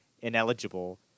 ineligible